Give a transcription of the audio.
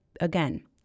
again